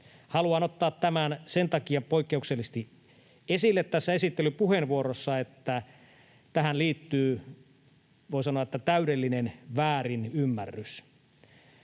Haluan ottaa tämän poikkeuksellisesti esille tässä esittelypuheenvuorossa sen takia, että tähän liittyy, voi sanoa, täydellinen väärinymmärrys.